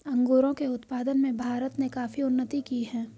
अंगूरों के उत्पादन में भारत ने काफी उन्नति की है